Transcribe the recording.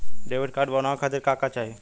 Debit card बनवावे खातिर का का चाही?